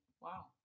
wow